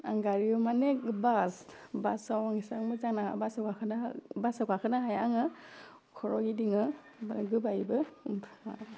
आं गारियाव माने बास बासआव आं एसेबां मोजां नाङा बासआव गाखोनो बासाव गाखोनो हाया आङो खर' गिदिङो ओमफ्राय गोबायोबो ओमफ्राय